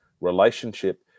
relationship